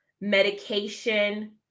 medication